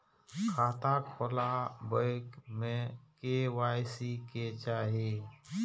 खाता खोला बे में के.वाई.सी के चाहि?